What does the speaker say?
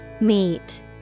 Meet